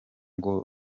ngo